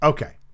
Okay